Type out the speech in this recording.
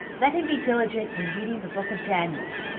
let him be diligent in reading the book of daniel,